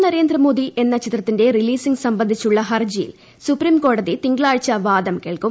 M Narendra Modi എന്ന ചിത്രത്തിന്റെ releasing സംബന്ധിച്ചുള്ള ഹർജിയിൽ സുപ്രീംകോടതി തിങ്കളാഴ്ച വാദം കേൾക്കും